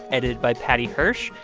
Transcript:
edited by paddy hirsch,